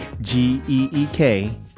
G-E-E-K